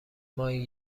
ماهی